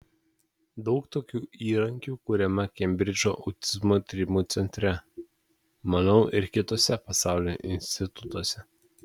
daug tokių įrankių kuriama kembridžo autizmo tyrimų centre manau ir kituose pasaulio institutuose